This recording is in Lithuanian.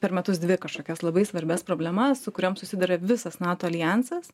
per metus dvi kažkokias labai svarbias problemas su kuriom susiduria visas nato aljansas